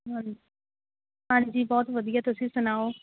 ਹਾਂ ਹਾਂਜੀ ਬਹੁਤ ਵਧੀਆ ਤੁਸੀਂ ਸੁਣਾਓ